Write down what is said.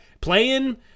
Playing